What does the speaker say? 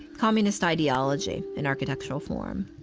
communist ideology in architectural form.